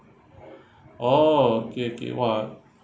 orh okay okay !wah!